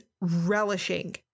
relishing